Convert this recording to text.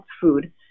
food